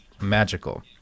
magical